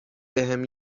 بهم